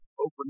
open